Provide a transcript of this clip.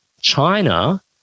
China